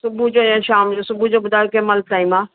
सुबुह जो या शाम जो सुबुह जो ॿुधायो कंहिंमहिल टाइम आहे